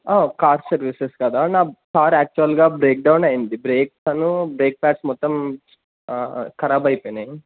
car services కదా నా car యాక్చువల్గా బ్రేక్డౌన్ అయ్యంది బ్రేక్ అను బ్రేక్ ప్యాడ్స్ మొత్తం ఖరాబ్ అయిపోయాయి